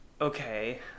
Okay